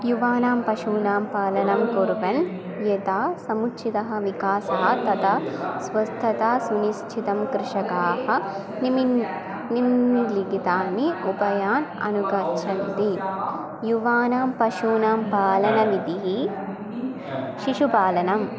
यूनां पशूनां पालनं कुर्वन् यदा समुचितः विकासः तदा स्वस्थता सुनिश्चितं कृषकाः निम्नं निम्नलिखितानि उपयान् अनुगच्छन्ति यूनां पशूनां पालनविधिः शिशुपालनम्